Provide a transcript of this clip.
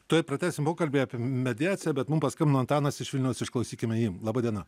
tuoj pratęsim pokalbį apie mediaciją bet mum paskambino antanas iš vilniaus išklausykime jį laba diena